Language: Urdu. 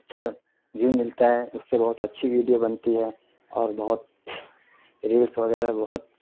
اچھا ویو ملتا ہے اس سے بہت اچھی ویڈیو بنتی ہے اور بہت ریلس وغیرہ بہت